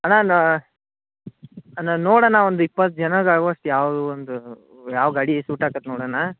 ಅಣ್ಣ ನಾನು ಅಣ್ಣ ನೋಡಣ್ಣ ಒಂದು ಇಪ್ಪತ್ತು ಜನಕ್ ಆಗುವಷ್ಟು ಯಾವ ಒಂದು ಯಾವ ಗಾಡಿ ಸೂಟಾಗತ್ ನೋಡಣ್ಣ